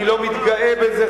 אני לא מתגאה בזה,